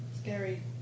scary